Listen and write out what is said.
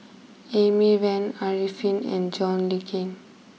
Amy Van Arifin and John Le Cain